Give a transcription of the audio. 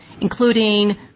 including